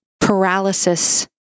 paralysis